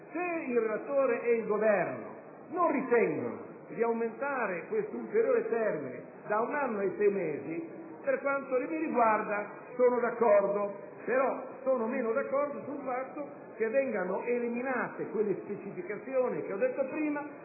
Se il relatore e il Governo non ritengono di aumentare questo ulteriore termine da un anno ad un anno e sei mesi, per quanto mi riguarda sono d'accordo; però sono meno d'accordo sul fatto che vengano eliminate le specificazioni di cui ho parlato,